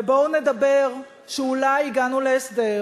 ובואו נדבר שאולי הגענו להסדר.